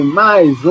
mais